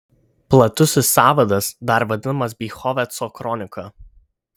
platusis sąvadas dar vadinamas bychoveco kronika